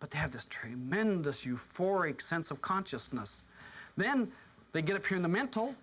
but they have this tremendous euphoric sense of consciousness then they get up in the mental